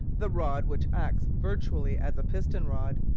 the rod, which acts virtually as a piston-rod,